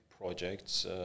projects